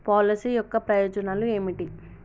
Policy యొక్క ప్రయోజనాలు ఏమిటి?